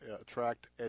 attract